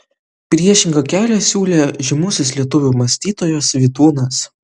priešingą kelią siūlė žymusis lietuvių mąstytojas vydūnas